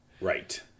Right